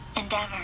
Endeavor